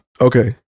Okay